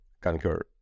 concur